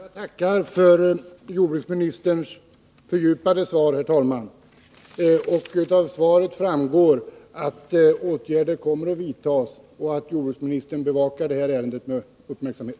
Herr talman! Jag tackar för jordbruksministerns fördjupade svar. Av detta svar framgår att åtgärder kommer att vidtas och att jordbruksministern bevakar detta ärende med uppmärksamhet.